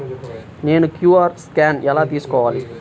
నేను QR scan ఎలా తీసుకోవాలి?